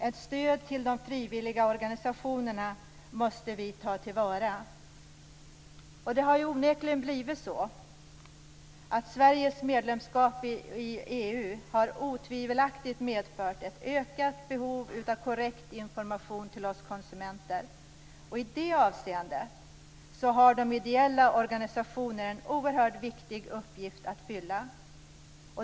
Ett stöd till de frivilliga organisationerna måste vi slå vakt om. Det har onekligen blivit så att Sveriges EU medlemskap otvivelaktigt medfört ett ökat behov av korrekt information till oss konsumenter. I det avseendet har de ideella organisationerna en oerhört viktig uppgift att fylla.